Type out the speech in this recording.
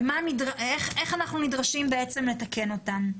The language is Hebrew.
ואיך אנחנו נדרשים בעצם לתקן אותן.